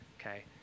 Okay